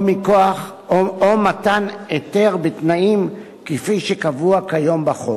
מתן היתר בתנאים שקבועים כיום בחוק.